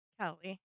Kelly